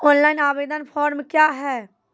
Online आवेदन form क्या हैं?